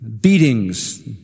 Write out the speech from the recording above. beatings